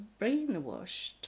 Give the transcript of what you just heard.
brainwashed